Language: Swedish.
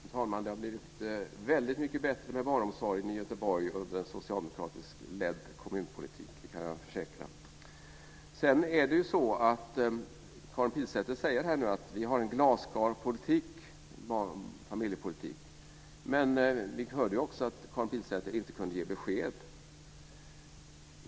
Fru talman! Det har blivit väldigt mycket bättre med barnomsorgen i Göteborg med en socialdemokratiskt ledd kommunpolitik, det kan jag försäkra! Karin Pilsäter säger att Folkpartiet har en glasklar familjepolitik. Men vi hörde också att Karin Pilsäter inte kunde ge besked.